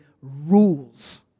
rules